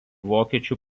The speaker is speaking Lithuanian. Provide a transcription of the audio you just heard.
vokiečių